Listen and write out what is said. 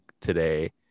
today